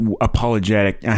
apologetic